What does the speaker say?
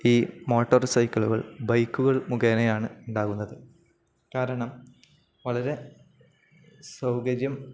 ഈ മോട്ടോർ സൈക്കിളുകൾ ബൈക്കുകൾ മുഖേനെയാണ് ഉണ്ടാവുന്നത് കാരണം വളരെ സൗകര്യം